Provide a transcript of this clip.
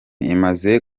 imaze